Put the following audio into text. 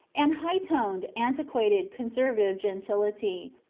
and high-toned, antiquated, conservative gentility,